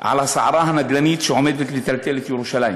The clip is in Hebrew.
על הסערה הנדל"נית שעומדת לטלטל את ירושלים.